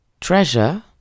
treasure